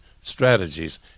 strategies